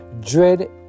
Dread